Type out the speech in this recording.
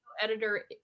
editor